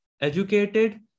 educated